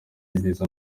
y’ibiza